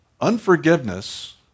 unforgiveness